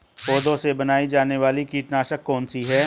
पौधों से बनाई जाने वाली कीटनाशक कौन सी है?